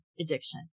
addiction